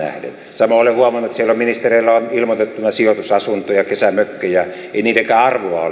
samoin olen huomannut että siellä on ministereillä ilmoitettuina sijoitusasuntoja kesämökkejä ei niidenkään arvoa ole